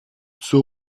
zur